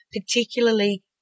particularly